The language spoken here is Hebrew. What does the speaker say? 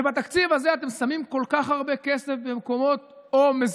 ובתקציב הזה אתם שמים כל כך הרבה כסף במקומות מזיקים,